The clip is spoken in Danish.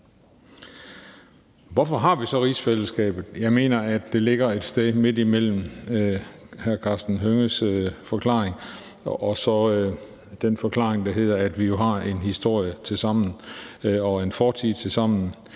Hvorfor har vi så rigsfællesskabet? Jeg mener, at det ligger et sted midt imellem hr. Karsten Hønges forklaring og så den forklaring, at vi jo har en historie og fortid sammen.